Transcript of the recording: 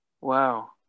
Wow